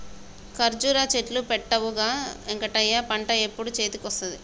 కర్జురా చెట్లు పెట్టవుగా వెంకటయ్య పంట ఎప్పుడు చేతికొస్తది